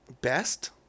Best